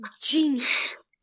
genius